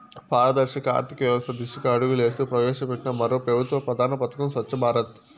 పారదర్శక ఆర్థికవ్యవస్త దిశగా అడుగులేస్తూ ప్రవేశపెట్టిన మరో పెబుత్వ ప్రధాన పదకం స్వచ్ఛ భారత్